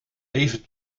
even